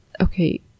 Okay